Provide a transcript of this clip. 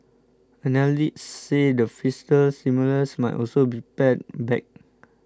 analysts say the fiscal stimulus might also be pared back